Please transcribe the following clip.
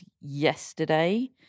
yesterday